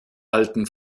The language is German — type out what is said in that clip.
alten